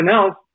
else